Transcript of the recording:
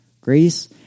Grace